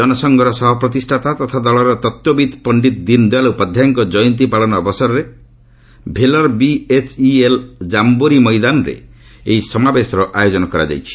ଜନସଂଘର ସହ ପ୍ରତିଷ୍ଠାତା ତଥା ଦଳର ତତ୍ତ୍ୱବିତ୍ ପଣ୍ଡିତ ଦୀନଦୟାଲ ଉପାଧ୍ୟାୟଙ୍କ କୟନ୍ତୀ ପାଳନ ଅବସରରେ ଭେଲର ବିଏଚ୍ଇଏଲ୍ର ଜାମ୍ଘୋରି ମଇଦାନରେ ଏହି ସମାବେଶର ଆୟୋଜନ କରାଯାଇଛି